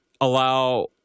allow